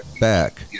back